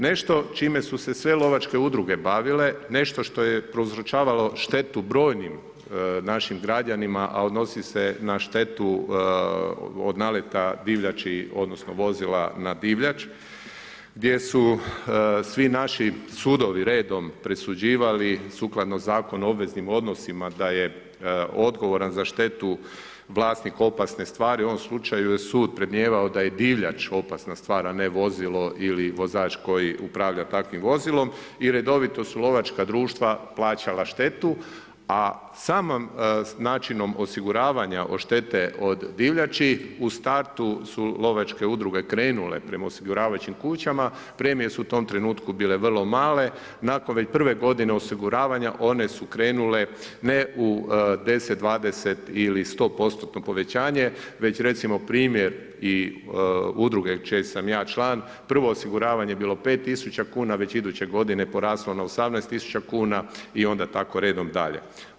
Nešto čime su se sve lovačke udruge bavile, nešto što je prouzročavalo štetu brojnim našom građanima a odnosi se na štetu od naleta divljači odnosno vozila na divljač, gdje su svi naši sudovi redom presuđivali sukladno Zakonu o obveznim odnosima da je odgovoran za štetu vlasnik opasne stvari, u ovom slučaju je sud predmnijevao da je divljač opasna stvar a ne vozilo ili vozač koji upravlja takvim vozilom i redovito su lovačka društva plaćala štetu a samim načinom osiguravanja od štete od divljači u startu su lovačke udruge krenule prema osiguravajućim kućama, premije su u tom trenutku bile vrlo male, nakon prve godine osiguravanja one su krenule, ne u 10, 20 ili 100%-tno povećanje već recimo primjer i Udruge čiji sam ja član, prvo osiguravanje je bilo 5 tisuća kuna, već iduće godine poraslo na 18 tisuća kuna i onda tako redom dalje.